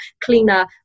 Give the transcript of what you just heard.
cleaner